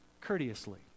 courteously